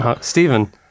Stephen